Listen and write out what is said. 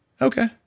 Okay